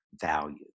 value